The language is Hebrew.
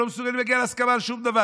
הם לא מסוגלים להגיע להסכמה על שום דבר,